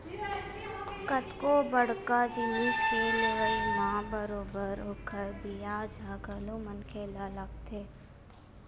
कतको बड़का जिनिस के लेवई म बरोबर ओखर बियाज ह घलो मनखे ल लगथे